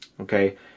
Okay